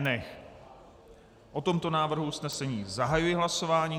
O tomto návrhu usnesení zahajuji hlasování.